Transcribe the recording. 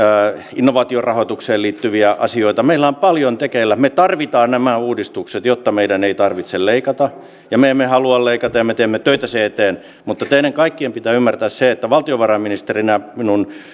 innovaatiorahoitukseen liittyviä asioita meillä on paljon tekeillä me tarvitsemme nämä uudistukset jotta meidän ei tarvitse leikata ja me emme halua leikata ja me teemme töitä sen eteen mutta teidän kaikkien pitää ymmärtää se että valtiovarainministerinä minun